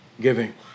giving